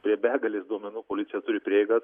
prie begalės duomenų policija turi prieigą